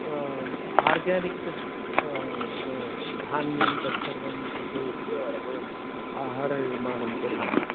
organic धान्यं तत्सर्वम् उपयुज्य बयं आहरनिर्माणं कुर्मः